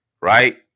right